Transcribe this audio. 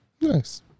nice